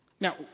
Now